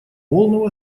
полного